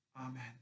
Amen